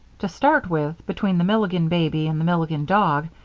to start with, between the milligan baby and the milligan dog,